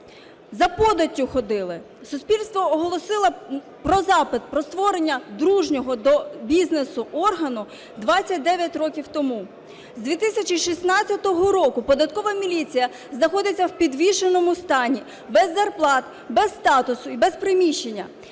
за податтю ходили. Суспільство оголосило про запит, про створення дружнього до бізнесу органу 29 років тому. З 2016 року податкова міліція знаходиться в підвішеному стані – без зарплат, без статусу і без приміщення.